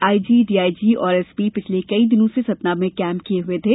IG DIG और SP पिछले कई दिनों से सतना में कैंप किए हुए थे